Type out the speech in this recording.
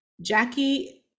jackie